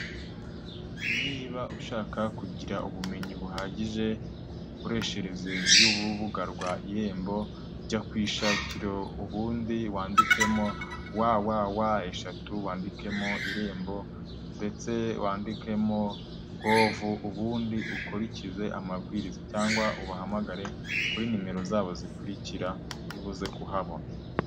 Niba ushaka kugira ubumenyi buhagije ku mikoreshereze y'urubuga rw'Irembo, jya kwishakiro ubundi wandikemo wawawa eshatu wandikemo Irembo ndetse wandikemo govu, ubundi ukurikize amabwiriza cyangwa ubahamagare kuri nimero zabo zikurikira uribuze kuhabona.